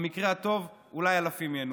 במקרה הטוב אולי אלפים ייהנו מזה.